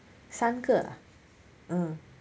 三个 ah uh